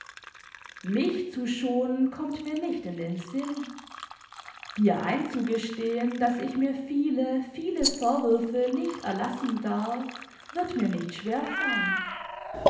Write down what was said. mich zu schonen kommt mir nicht in den sinn dir einzugestehen daß ich mir viele viele vorwürfe nicht erlassen darf wird mir nicht schwer fallen